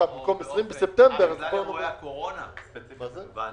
זה רק השנה,